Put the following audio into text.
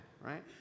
right